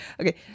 Okay